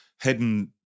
heading